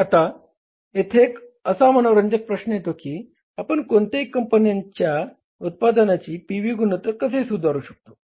आता येथे एक असा मनोरंजक प्रश्न येतो की आपण कोणत्याही कंपनीच्या उत्पादनाचे पी व्ही गुणोत्तर कसे सुधारू शकतो